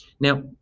Now